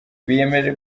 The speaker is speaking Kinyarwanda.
biyemeje